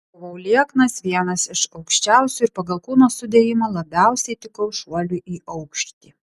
buvau lieknas vienas iš aukščiausių ir pagal kūno sudėjimą labiausiai tikau šuoliui į aukštį